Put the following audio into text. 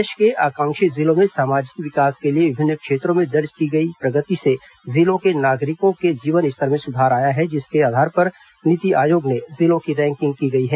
देश के आकांक्षी जिलों में सामाजिक विकास के विभिन्न क्षेत्रों में दर्ज की गई प्रगति से जिलों के नागरिकों के जीवन स्तर में सुधार आया है जिसके आधार पर नीति आयोग द्वारा जिलों की रैंकिंग की गई है